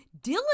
Dylan